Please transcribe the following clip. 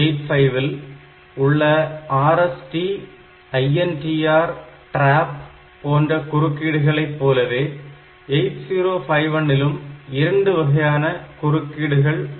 8085 ல் உள்ள RST INTR TRAP போன்ற குறுக்கீடுகளை போலவே 8051 லும் இரண்டு வகையான குறுக்கீடுகள் உண்டு